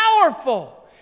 powerful